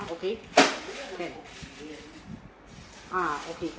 okay can ah okay